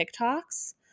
TikToks